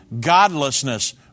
godlessness